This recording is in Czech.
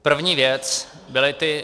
První věc byly ty...